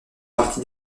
parti